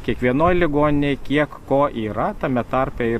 kiekvienoj ligoninėj kiek ko yra tame tarpe ir